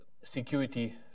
security